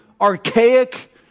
archaic